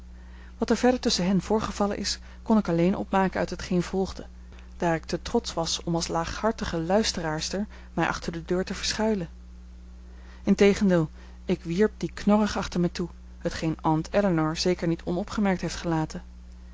wat er verder tusschen hen voorgevallen is kon ik alleen opmaken uit hetgeen volgde daar ik te trotsch was om als laaghartige luisteraarster mij achter de deur te verschuilen integendeel ik wierp die knorrig achter mij toe hetgeen aunt ellinor zeker niet onopgemerkt heeft gelaten